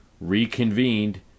reconvened